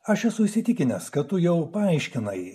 aš esu įsitikinęs kad tu jau paaiškinai